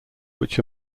which